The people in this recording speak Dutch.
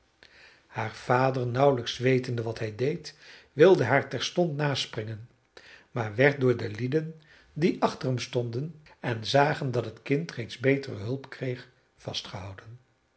haar vader nauwelijks wetende wat hij deed wilde haar terstond naspringen maar werd door de lieden die achter hem stonden en zagen dat het kind reeds betere hulp kreeg vastgehouden